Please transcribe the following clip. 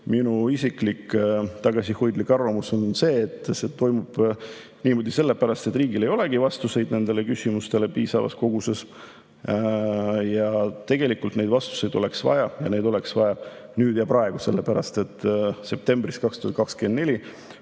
Minu isiklik tagasihoidlik arvamus on see, et see toimub niimoodi sellepärast, et riigil ei olegi nendele küsimustele piisavas koguses vastuseid. Tegelikult oleks neid vastuseid vaja ja neid oleks vaja nüüd ja praegu, sellepärast et septembris 2024